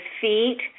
feet